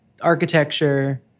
architecture